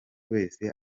wese